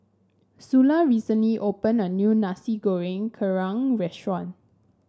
Sula recently opened a new Nasi Goreng Kerang restaurant